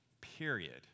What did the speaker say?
Period